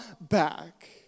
back